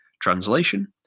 Translation